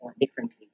differently